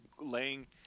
laying